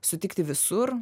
sutikti visur